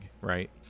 right